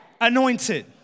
anointed